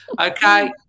Okay